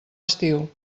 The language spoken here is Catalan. estiu